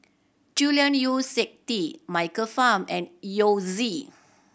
Julian Yeo See Teck Michael Fam and Yao Zi